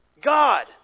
God